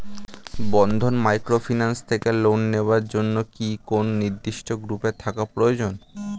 বন্ধন microfinance থেকে loan নেওয়ার জন্য কি কোন নির্দিষ্ট গ্রুপে থাকা প্রয়োজন?